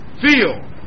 feel